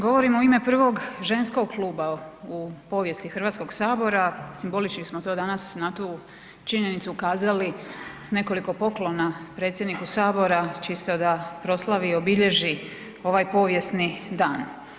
Govorim u ime prvog ženskog kluba u povijesti Hrvatskog sabora, simbolično smo to danas na tu činjenicu ukazali s nekoliko poklona predsjedniku Sabora čisto da proslavi i obilježi ovaj povijesni dan.